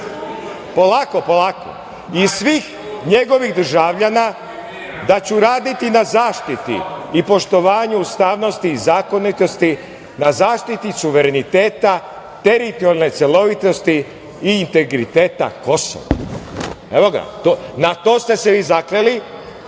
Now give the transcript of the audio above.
Kosova i svih njegovih državljana, da ću raditi na zaštiti i poštovanju ustavnosti i zakonitosti, na zaštiti suvereniteta teritorijalne celovitosti i integriteta Kosova. Evo ga, na to ste se vi zakleli,